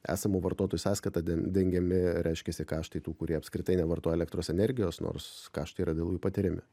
esamų vartotojų sąskaita dengiami reiškiasi kaštai tų kurie apskritai nevartoja elektros energijos nors kaštai yra dėl jų patiriami